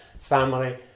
family